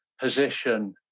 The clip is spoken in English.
position